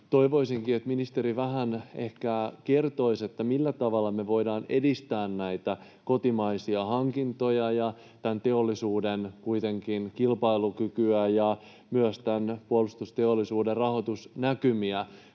Toivoisinkin, että ministeri vähän kertoisi, millä tavalla me voidaan edistää näitä kotimaisia hankintoja ja tämän teollisuuden kilpailukykyä ja myös tämän puolustusteollisuuden rahoitusnäkymiä,